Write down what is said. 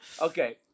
Okay